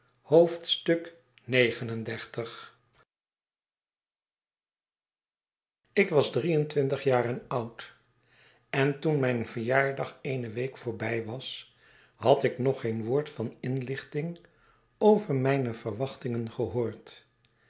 xxxix ik was drie en twintig jaren oud en toen mijn verjaardag eene week voorbii was had ik nog geen woord van inlichting over mijne verwachtingen gehoord